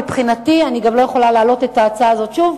מבחינתי אני גם לא יכולה להעלות את ההצעה הזאת שוב,